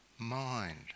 Mind